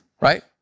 right